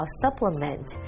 supplement